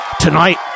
Tonight